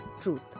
truth